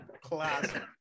Classic